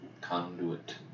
Conduit